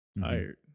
tired